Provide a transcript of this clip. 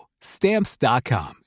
Stamps.com